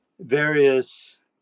various